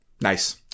nice